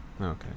okay